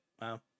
Wow